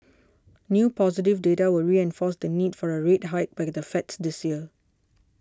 new positive data will reinforce the need for a rate hike by the Fed this year